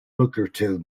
lucrative